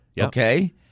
okay